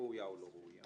ראויה או לא ראויה